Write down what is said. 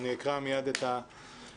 אני אקרא מיד את ההודעה.